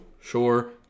sure